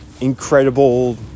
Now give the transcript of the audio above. incredible